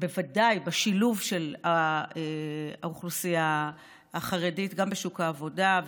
בוודאי בשילוב של האוכלוסייה החרדית גם בשוק העבודה,